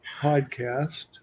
podcast